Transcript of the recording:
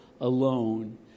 alone